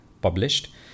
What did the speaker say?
published